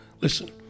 Listen